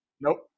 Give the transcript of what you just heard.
Nope